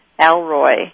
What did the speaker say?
Alroy